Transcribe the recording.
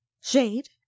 Shade